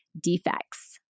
defects